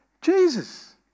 Jesus